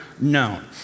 known